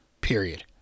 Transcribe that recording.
Period